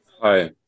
Hi